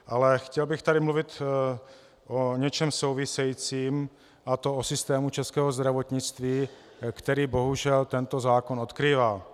Ale chtěl bych tady mluvit o něčem souvisejícím, a to o systému českého zdravotnictví, který bohužel tento zákon odkrývá.